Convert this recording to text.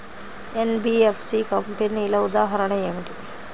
NBFC కంపెనీల ఉదాహరణ ఏమిటి?